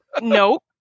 Nope